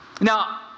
Now